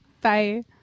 Bye